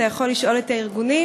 אתה יכול לשאול את הארגונים,